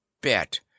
bet